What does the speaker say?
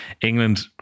England